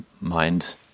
mind